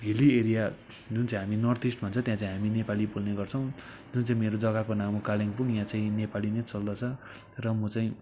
hilly area जुन चाहिँ हामी नर्थ इस्ट भन्छ त्यहाँ चाहिँ हामी नेपाली बोल्ने गर्छौँ जुन चाहिँ मेरो जग्गाको नाम हो कलिम्पोङ यहाँ चाहिँ नेपाली नै चल्दछ र म चाहिँ